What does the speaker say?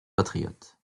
patriote